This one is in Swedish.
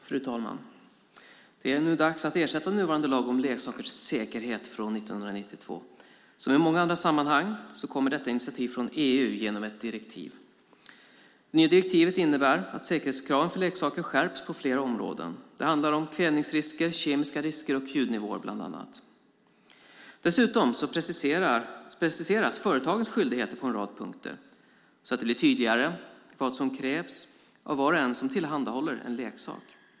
Fru talman! Det är nu dags att ersätta nuvarande lag om leksakers säkerhet från 1992. Som i många andra sammanhang kommer detta initiativ från EU genom ett direktiv. Det nya direktivet innebär att säkerhetskraven för leksaker skärps på flera områden. Det handlar bland annat om kvävningsrisker, kemiska risker och ljudnivåer. Dessutom preciseras företagens skyldigheter på en rad punkter så att det blir tydligare vad som krävs av var och en som tillhandahåller en leksak.